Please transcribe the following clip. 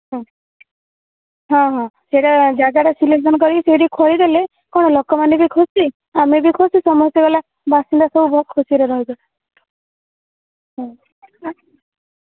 ହଁ ହଁ ହଁ ସେଟା ଜାଗା ଟା ସିଲେକ୍ସନ୍ କରିକି ଖୋଳି ଦେଲେ କ'ଣ ଲୋକମାନେ ବି ଖୁସି ଆମେ ବି ଖୁସି ସମସ୍ତେ ହେଲା ବାସିନ୍ଦା ସବୁ ବହୁତ ଖୁସିରେ ରହିବେ ହଁ